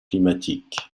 climatique